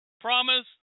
promise